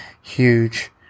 huge